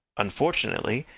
unfortunately,